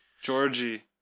Georgie